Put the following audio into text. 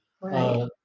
Right